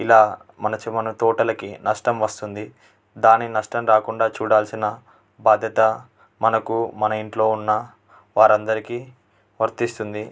ఇలా మనకి మన తోటలకి నష్టం వస్తుంది దాని నష్టం రాకుండా చూడాల్సిన బాధ్యత మనకు మన ఇంట్లో ఉన్న వారందరికి వర్తిస్తుంది